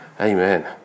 Amen